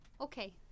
Okay